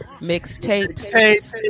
mixtapes